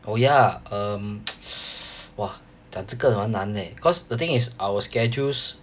oh ya um !wah! 讲这个 ah 难 eh cause the thing is our schedules